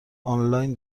آنلاین